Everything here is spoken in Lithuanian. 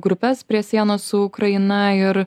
grupes prie sienos su ukraina ir